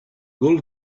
will